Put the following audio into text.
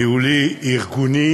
ניהולי וארגוני